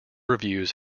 reviews